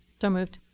so moved.